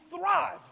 thrive